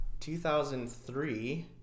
2003